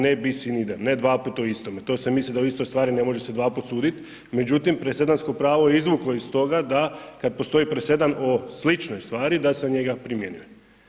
Ne dvaput o istome“, to se misli da o istoj stvari ne može se dvaput sudit međutim presedansko pravo je izvuklo iz toga da kad postoji presedan o sličnoj stvari, da se njega primjenjuje.